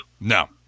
No